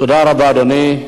תודה רבה, אדוני.